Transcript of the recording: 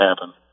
happen